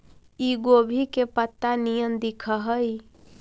इ गोभी के पतत्ता निअन दिखऽ हइ